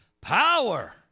power